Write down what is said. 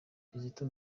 kizito